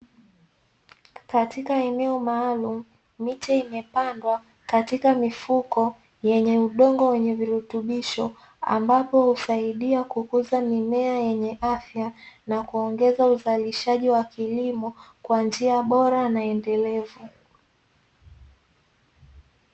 Katika eneo maalumu, miche imepandwa katika mifuko yenye udongo wa virutubisho, ambapo husaidia kukuza mimea yenye afya na kuongeza uzalishaji wa kilimo kwa njia bora na endelevu.